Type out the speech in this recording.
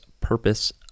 purpose